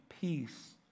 peace